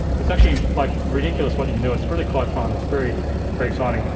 it's actually, like, ridiculous what you can do, it's really quite fun, it's very very exciting.